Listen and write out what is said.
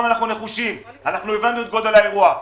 אנחנו נחושים, הבנו את גודל האירוע.